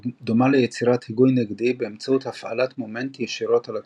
דומה ליצירת היגוי נגדי באמצעות הפעלת מומנט ישירות על הכידון.